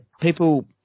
people